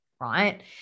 right